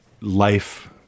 life